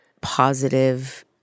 positive